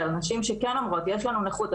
נשים שכן אומרות יש לנו נכות,